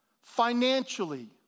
financially